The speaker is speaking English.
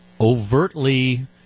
overtly